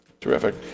Terrific